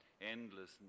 endless